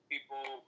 People